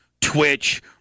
Twitch